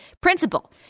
principle